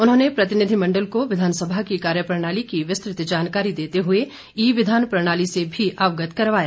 उन्होंने प्रतिनिधिमंडल को विधानसभा की कार्यप्रणाली की विस्तृत जानकारी देते हुए ई विधान प्रणाली से भी अवगत करवाया